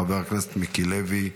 חבר הכנסת מיקי לוי,